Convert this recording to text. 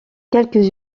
quelques